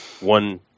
one